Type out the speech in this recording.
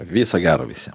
viso gero visiem